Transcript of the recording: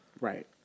Right